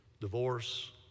divorce